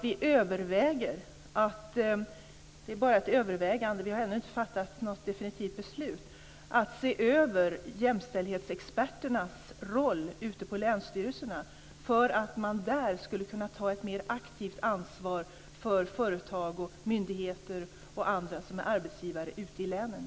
Vi överväger också - det är bara ett övervägande, och vi har ännu inte fattat någon definitivt beslut - att se över jämställdhetsexperternas roll ute på länsstyrelserna för att man där skulle kunna ta ett mer aktivt ansvar för företag, myndigheter och andra som är arbetsgivare ute i länen.